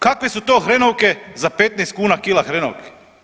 Kakve su to hrenovke za 15 kuna kila hrenovki?